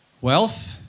wealth